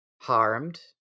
harmed